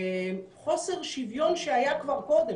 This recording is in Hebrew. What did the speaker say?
שחוסר שוויון שהיה כבר קודם,